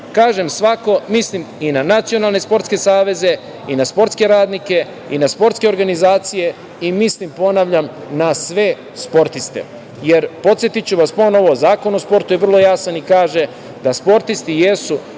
kažem svako, mislim i na nacionalne sportske saveze i na sportske radnike i na sportske organizacije i mislim, ponavljam, na sve sportiste. Podsetiću vas ponovo, Zakon o sportu je vrlo jasan i kaže da sportisti jesu